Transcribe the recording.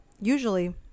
Usually